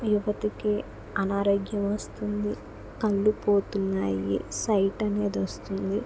యువతకి అనారోగ్యం వస్తుంది కళ్ళుపోతున్నాయి సైట్ అనేది వస్తుంది